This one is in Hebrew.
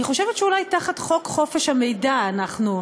אני חושבת שאולי תחת חוק חופש המידע אנחנו,